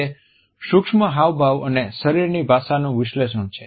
તે સૂક્ષ્મ હાવભાવ અને શરીરની ભાષાનું વિશ્લેષણ છે